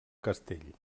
castell